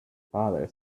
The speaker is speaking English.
father